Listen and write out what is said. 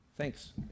Thanks